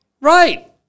right